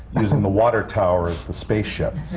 using the water tower as the space ship.